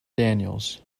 daniels